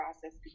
process